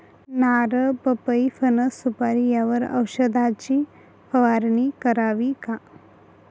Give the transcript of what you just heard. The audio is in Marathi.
नारळ, पपई, फणस, सुपारी यावर औषधाची फवारणी करावी का?